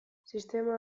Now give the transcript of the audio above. sistema